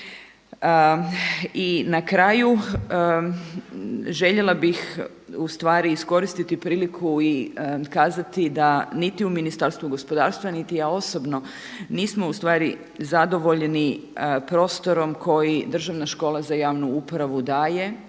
I na kraju željela bih ustvari iskoristiti priliku i kazati da niti u Ministarstvu gospodarstva niti ja osobno nismo ustvari zadovoljni prostorom koji Državna škola za javnu upravu daje